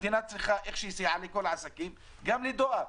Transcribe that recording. כמו שהיא סייעה לכל העסקים, גם לדואר.